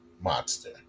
monster